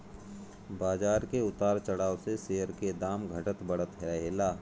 बाजार के उतार चढ़ाव से शेयर के दाम घटत बढ़त रहेला